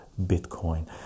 Bitcoin